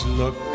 look